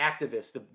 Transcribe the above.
activists